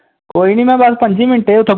कोई निं में बस पंज्जें मिन्टें च उत्थै